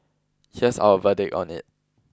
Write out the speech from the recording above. here's our verdict on it